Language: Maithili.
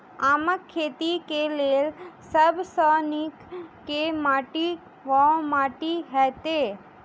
आमक खेती केँ लेल सब सऽ नीक केँ माटि वा माटि हेतै?